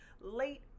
late